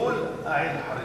מול העיר החרדית?